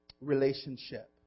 Relationship